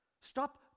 Stop